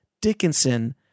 Dickinson